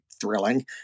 thrilling